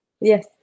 Yes